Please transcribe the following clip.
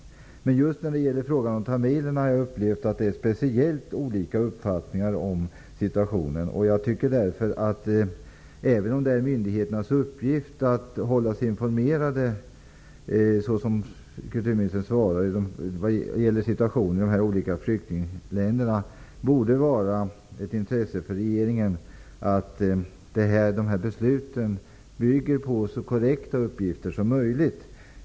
När det gäller tamilerna har jag dock upplevt att det råder markant olika uppfattningar om situationen. Jag tycker därför att det borde vara ett intresse för regeringen att besluten i asylärenden bygger på så korrekta uppgifter som möjligt, även om det är myndigheternas uppgift att hålla sig informerade om situationen i de olika länder som flyktingar kommer från, vilket kulturministern säger i svaret.